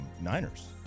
Niners